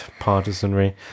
partisanry